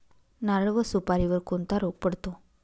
नारळ व सुपारीवर कोणता रोग पडतो?